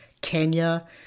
Kenya